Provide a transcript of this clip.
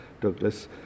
Douglas